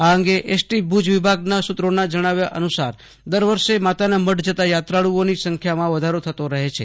આ અંગે એસટી ભુજ વિભાગના સુત્રીના જણાવ્યા અનુસાર દર વર્ષે માતાના મઢ જતાં યાત્રાળુઓની સંખ્યામાં વધારો થતો રહે છે